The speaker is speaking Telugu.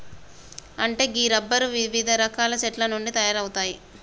అంటే గీ రబ్బరు వివిధ రకాల చెట్ల నుండి తయారవుతాయి